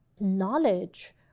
knowledge